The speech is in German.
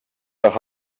nach